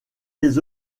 des